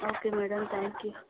okay madam thank you